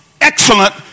excellent